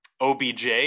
OBJ